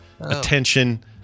attention